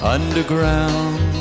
Underground